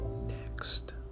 next